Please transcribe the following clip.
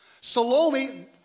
Salome